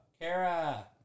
Kara